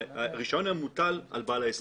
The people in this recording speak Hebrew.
הרישיון מוטל על בעל העסק.